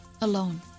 alone